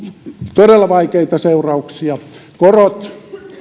todella vaikeita seurauksia korot